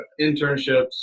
internships